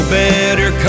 better